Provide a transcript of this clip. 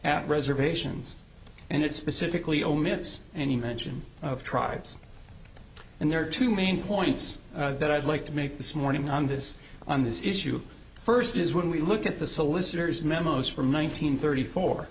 at reservations and it specifically omits any mention of tribes and there are two main points that i'd like to make this morning on this on this issue first is when we look at the solicitor's memos from one nine hundred thirty four